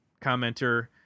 commenter